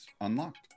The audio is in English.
unlocked